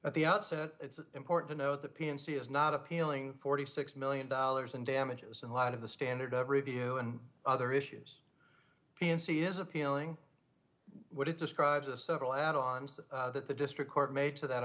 at the outset it's important to note the p m c is not appealing forty six million dollars in damages and a lot of the standard of review and other issues fiancee is appealing what it describes a several add ons that the district court made for that